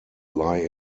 lie